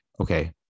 okay